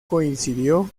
coincidió